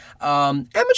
amateur